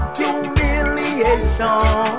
humiliation